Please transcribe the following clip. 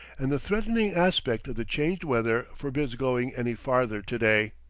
and the threatening aspect of the changed weather forbids going any farther today.